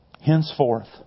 Henceforth